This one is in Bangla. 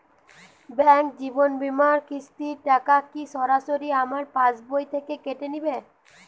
ব্যাঙ্ক জীবন বিমার কিস্তির টাকা কি সরাসরি আমার পাশ বই থেকে কেটে নিবে?